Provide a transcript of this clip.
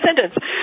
sentence